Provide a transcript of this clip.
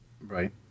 Right